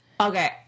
Okay